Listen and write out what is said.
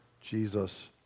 Jesus